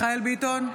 מיכאל מרדכי ביטון,